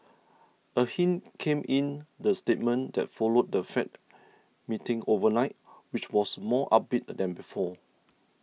a hint came in the statement that followed the Fed meeting overnight which was more upbeat than before